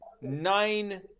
nine